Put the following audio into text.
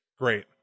Great